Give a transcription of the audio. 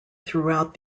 throughout